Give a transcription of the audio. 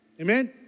Amen